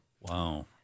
Wow